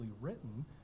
written